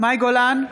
מאי גולן,